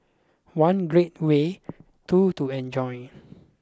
one great way two to enjoy